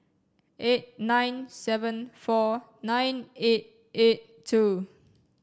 eight nine seven four nine eight eight two